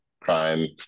crime